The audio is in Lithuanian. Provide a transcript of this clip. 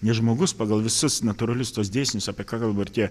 nes žmogus pagal visus natūralius tuos dėsnius apie ką kalba ir tie